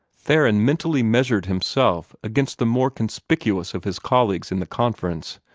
theron mentally measured himself against the more conspicuous of his colleagues in the conference.